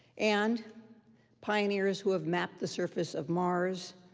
and pioneers who have mapped the surface of mars,